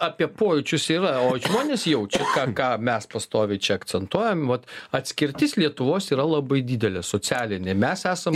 apie pojūčius yra o žmonės jaučia ką ką mes pastoviai čia akcentuojam vat atskirtis lietuvos yra labai didelė socialinė mes esam